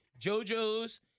JoJo's